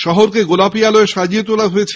শহরকে গোলাপী আলোয় সাজিয়ে তোলা হয়েছে